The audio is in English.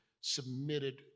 submitted